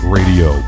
Radio